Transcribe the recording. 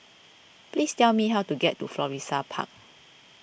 please tell me how to get to Florissa Park